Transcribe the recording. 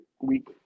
week